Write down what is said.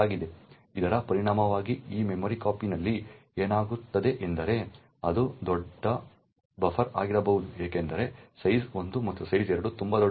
ಇದರ ಪರಿಣಾಮವಾಗಿ ಈ memcpy ನಲ್ಲಿ ಏನಾಗುತ್ತದೆ ಎಂದರೆ ಅದು ತುಂಬಾ ದೊಡ್ಡ ಬಫರ್ ಆಗಿರಬಹುದು ಏಕೆಂದರೆ size1 ಮತ್ತು size 2 ತುಂಬಾ ದೊಡ್ಡದಾಗಿದೆ